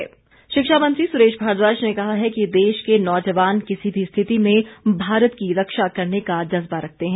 सुरेश भारद्वाज शिक्षा मंत्री सुरेश भारद्वाज ने कहा है कि देश के नौजवान किसी भी स्थिति में भारत की रक्षा करने का जज्बा रखते हैं